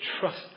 trust